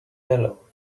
yellow